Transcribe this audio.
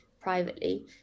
privately